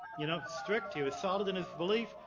you know, strict, he was solid in his belief,